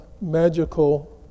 magical